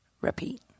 Repeat